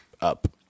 up